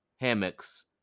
hammocks